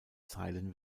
zeilen